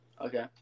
Okay